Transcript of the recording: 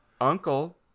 uncle